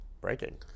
breaking